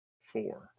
four